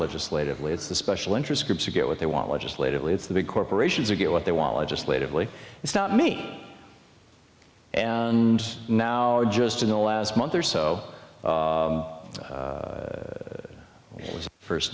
legislatively it's the special interest groups who get what they want legislatively it's the big corporations are get what they want legislatively it's not me and now or just in the last month or so the first